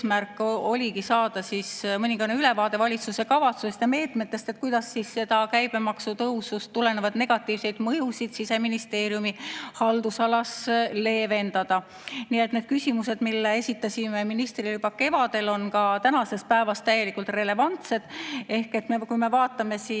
oligi saada mõningane ülevaade valitsuse kavatsusest ja meetmetest, kuidas käibemaksu tõusust tulenevaid negatiivseid mõjusid Siseministeeriumi haldusalas leevendada. Need küsimused, mille esitasime ministrile juba kevadel, on ka tänases päevas täielikult relevantsed. Siin on küsimus, et kas on